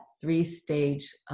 three-stage